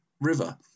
river